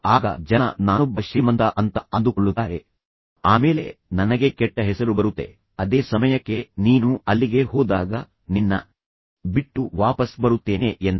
ಆಗ ಜನ ನಾನೊಬ್ಬ ಶ್ರೀಮಂತ ಅಂತ ಅಂದುಕೊಳ್ಳುತ್ತಾರೆ ಆಮೇಲೆ ನನಗೆ ಕೆಟ್ಟ ಹೆಸರು ಬರುತ್ತೆ ಅದೇ ಸಮಯಕ್ಕೆ ನೀನು ಅಲ್ಲಿಗೆ ಹೋದಾಗ ನಿನ್ನ ಬಿಟ್ಟು ವಾಪಸ್ ಬರುತ್ತೇನೆ ಎಂದ